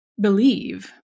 believe